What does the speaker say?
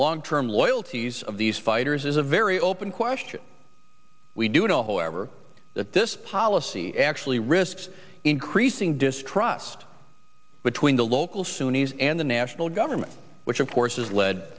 long term loyalties of these fighters is a very open question we do know however that this policy actually risks increasing distrust between the local sunni's and the national government which of course has led